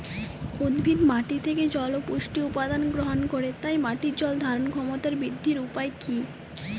উদ্ভিদ মাটি থেকে জল ও পুষ্টি উপাদান গ্রহণ করে তাই মাটির জল ধারণ ক্ষমতার বৃদ্ধির উপায় কী?